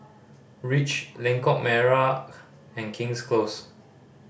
Reach Lengkok Merak and King's Close